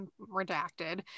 redacted